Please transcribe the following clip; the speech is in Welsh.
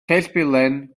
cellbilen